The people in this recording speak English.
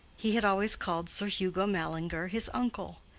he had always called sir hugo mallinger his uncle,